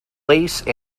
lace